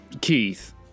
Keith